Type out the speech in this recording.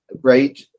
right